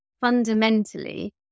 fundamentally